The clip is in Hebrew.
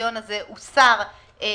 הקריטריון הזה הוסר מהנוהל,